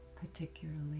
particularly